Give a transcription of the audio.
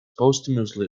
posthumously